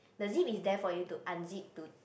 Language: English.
the zip is there for you to unzip to